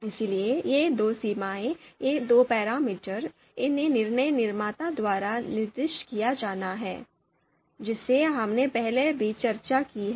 इसलिए ये दो सीमाएं ये दो पैरामीटर इन्हें निर्णय निर्माता द्वारा निर्दिष्ट किया जाना है जिसे हमने पहले भी चर्चा की है